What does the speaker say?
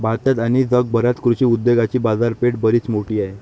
भारतात आणि जगभरात कृषी उद्योगाची बाजारपेठ बरीच मोठी आहे